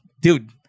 Dude